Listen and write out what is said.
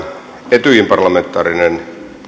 etyjin parlamentaarinen